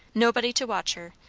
nobody to watch her,